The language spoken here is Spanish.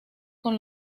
con